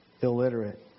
illiterate